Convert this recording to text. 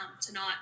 tonight